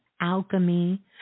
alchemy